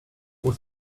was